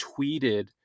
tweeted